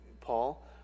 Paul